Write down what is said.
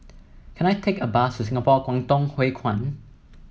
can I take a bus to Singapore Kwangtung Hui Kuan